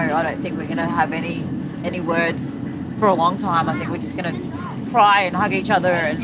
i don't think we're gonna have any any words for a long time. i think we're just gonna cry and hug each other and